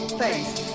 face